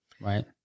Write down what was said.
Right